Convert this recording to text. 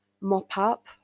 mop-up